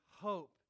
hope